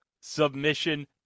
Submission